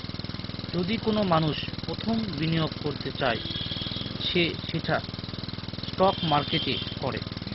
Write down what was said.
যদি কোনো মানষ প্রথম বিনিয়োগ করতে চায় সে সেটা স্টক মার্কেটে করে